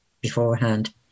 beforehand